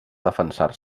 defensar